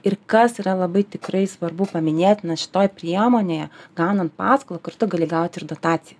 ir kas yra labai tikrai svarbu paminėtina šitoj priemonėje gaunant paskolą kur tu gali gaut ir dotaciją